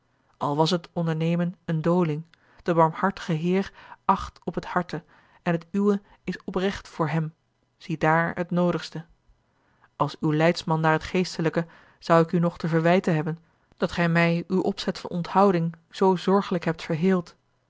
al was het ondernemen eene doling de barmhartige heer acht op het harte en het uwe is oprecht voor hem ziedaar het noodigste als uw leidsman naar het geestelijke zou ik u nog te verwijten hebben dat gij mij uw opzet van onthouding zoo zorgelijk hebt verheeld